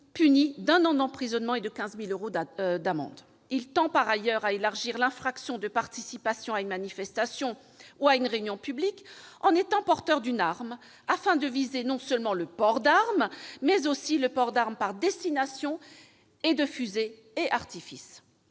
puni d'un an d'emprisonnement et de 15 000 euros d'amende. Ensuite, la proposition de loi élargit l'infraction de participation à une manifestation ou à une réunion publique en étant porteur d'une arme, afin de viser le port non seulement d'une arme, mais aussi d'une arme par destination, de fusées et d'artifices.